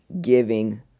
giving